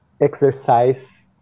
exercise